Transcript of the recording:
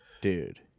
Dude